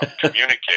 communicate